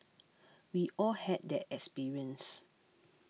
we all had that experience